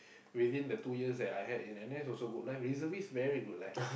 within the two years that I had in N_S also good life reservist very good life